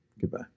Goodbye